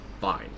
fine